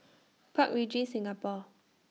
Park Regis Singapore